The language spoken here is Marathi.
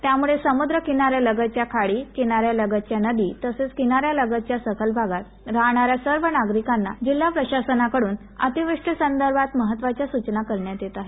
त्यामूळे सम्द्र किनाऱ्यालगतच्या खाडी किनाऱ्या लगतच्या नदी तसंच किनाऱ्यालगतच्या सखल भागात राहणाऱ्या सर्व नागरिकांना जिल्हा प्रशासनानाकडून अतिवृष्टी संदर्भात महत्वाच्या स्चना करण्यात येत आहेत